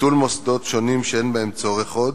ביטול מוסדות שונים שאין בהם צורך עוד,